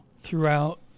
throughout